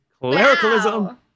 Clericalism